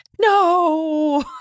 no